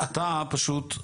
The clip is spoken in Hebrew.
אתה פשוט,